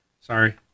Sorry